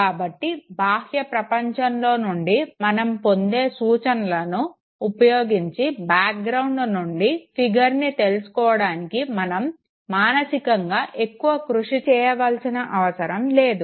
కాబట్టి బాహ్య ప్రపంచంలో నుండి మనం పొందే సూచనలను ఉపయోగించి బ్యాక్ గ్రౌండ్ నుండి ఫిగర్ని తెలుసుకోవడానికి మనం మానసికంగా ఎక్కువ కృషి చేయాల్సిన అవసరం లేదు